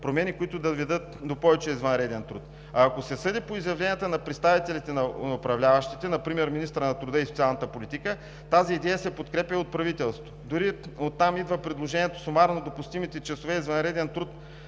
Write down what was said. промени, които да доведат до повече извънреден труд. Ако се съди по изявленията на представителите на управляващите, например министъра на труда и социалната политика, тази идея се подкрепя от правителството. Оттам дори идва предложението сумирано допустимите часове извънреден труд